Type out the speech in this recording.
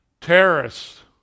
Terrorists